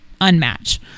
unmatch